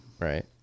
Right